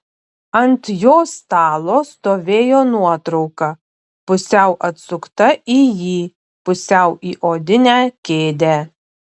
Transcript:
ant jo stalo stovėjo nuotrauka pusiau atsukta į jį pusiau į odinę kėdę